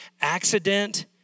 Accident